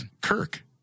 Kirk